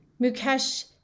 Mukesh